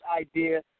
idea